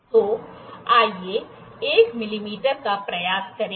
तो आइए 1 मिमी का प्रयास करें